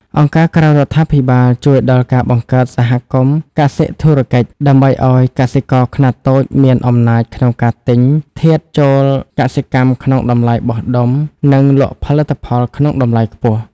អង្គការក្រៅរដ្ឋាភិបាលជួយដល់ការបង្កើតសហគមន៍កសិធុរកិច្ច ដើម្បីឱ្យកសិករខ្នាតតូចមានអំណាចក្នុងការទិញធាតុចូលកសិកម្មក្នុងតម្លៃបោះដុំ និងលក់ផលិតផលក្នុងតម្លៃខ្ពស់។